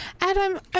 Adam